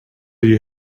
you